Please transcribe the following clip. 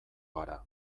gara